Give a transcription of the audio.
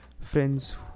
friends